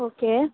okay